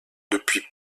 depuis